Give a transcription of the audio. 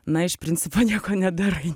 na iš principo nieko nedarai